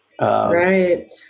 Right